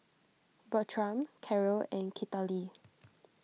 Bertram Karyl and Citlali